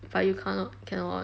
but you can't cannot